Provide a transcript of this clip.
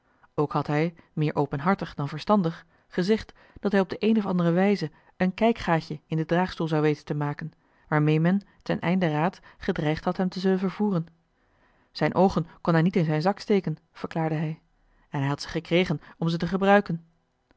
ook had hij meer openhartig dan verstandig gezegd dat hij op de een of andere wijze een kijkgaatje in den draagstoel zou weten te maken waarmee men ten einde raad gedreigd had hem te zullen vervoeren zijn oogen kon hij niet in zijn zak steken verklaarde hij en hij had ze gekregen om ze te gebruiken